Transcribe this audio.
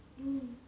mm